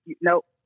Nope